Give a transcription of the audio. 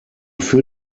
für